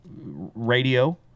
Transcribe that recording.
Radio